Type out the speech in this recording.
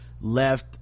left